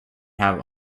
have